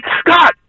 Scott